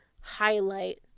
highlight